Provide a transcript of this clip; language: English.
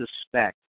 suspect